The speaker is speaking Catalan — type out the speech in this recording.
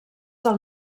del